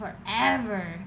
forever